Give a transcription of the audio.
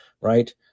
right